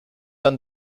dann